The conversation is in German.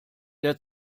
der